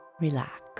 Relax